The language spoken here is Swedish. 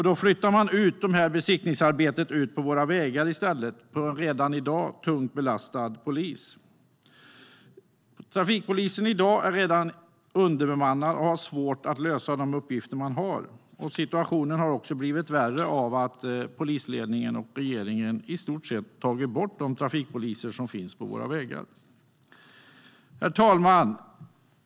Då flyttar man nämligen besiktningsarbetet ut på våra vägar i stället, på en redan i dag tungt belastad polis. Trafikpolisen är redan i dag underbemannad och har svårt att lösa sina uppgifter. Situationen har också blivit värre av att polisledningen och regeringen i stort sett har tagit bort de trafikpoliser som fanns på våra vägar. Herr talman!